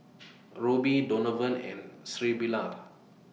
Roby Donovan and Sybilla